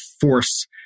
force